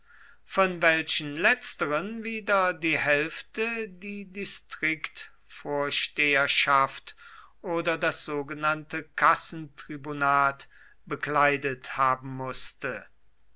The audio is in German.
von welchen letzteren wieder die hälfte die distriktvorsteherschaft oder das sogenannte kassentribunat bekleidet haben mußte